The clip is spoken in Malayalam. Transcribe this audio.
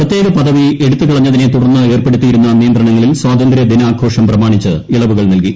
പ്രത്യേക പദവി എടുത്തുകളഞ്ഞതിനെ തുടർന്ന് ഏർപ്പെടുത്തിയിരുന്ന നിയന്ത്രണങ്ങളിൽ സ്വാതന്ത്ര്യ ദിനാഘോഷം പ്രമാണിച്ച് ഇളവുകൾ നൽകി